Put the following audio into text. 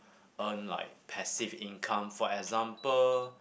earn like passive income for example